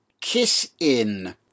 kiss-in